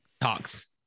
Talks